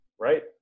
right